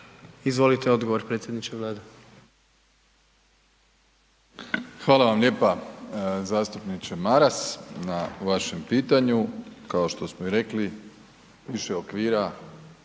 **Plenković, Andrej (HDZ)** Hvala vam lijepa zastupniče Maras na vašem pitanju. kao što smo i rekli, više okvira,